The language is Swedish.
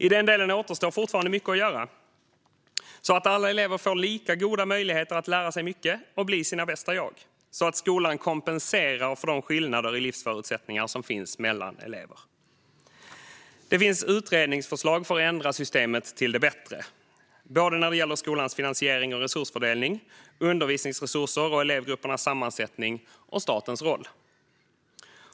I den delen återstår fortfarande mycket att göra så att alla elever får lika goda möjligheter att lära sig mycket och bli sina bästa jag och så att skolan kompenserar för de skillnader i livsförutsättningar som finns mellan elever. Det finns utredningsförslag för att ändra systemet till det bättre både när det gäller skolans finansiering och resursfördelning, undervisningsresurser, elevgruppernas sammansättning och statens roll.